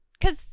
Cause